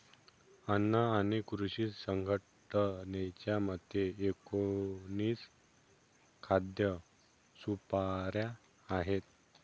अन्न आणि कृषी संघटनेच्या मते, एकोणीस खाद्य सुपाऱ्या आहेत